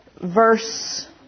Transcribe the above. verse